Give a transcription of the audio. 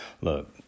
Look